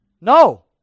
No